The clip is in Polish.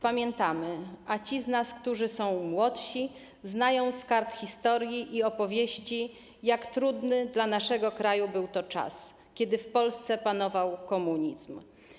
Pamiętamy - a ci z nas, którzy są młodsi, znają z kart historii i z opowieści - jak trudny dla naszego kraju był to czas, kiedy w Polsce panował komunizm.